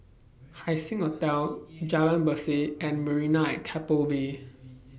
Haising Hotel Jalan Berseh and Marina At Keppel Bay